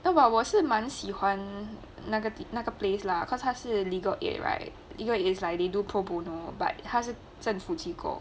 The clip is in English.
then 我是蛮喜欢那个的那个 place lah cause 它是 legal aid right legal aid is like they do pro bono but 他是政府机构